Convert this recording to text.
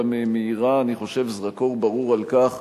גם מאירה זרקור ברור על כך